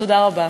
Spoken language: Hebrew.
תודה רבה.